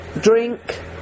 drink